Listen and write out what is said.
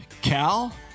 Cal